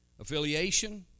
affiliation